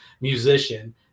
musician